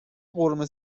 قرمه